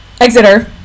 Exeter